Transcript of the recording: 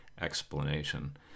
explanation